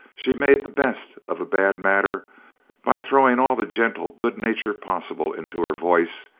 she made the best of a bad matter by throwing all the gentle good nature possible into her voice,